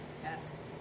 test